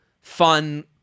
fun